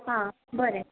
आं बरें